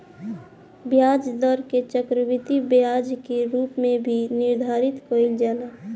ब्याज दर के चक्रवृद्धि ब्याज के रूप में भी निर्धारित कईल जाला